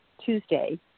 Tuesday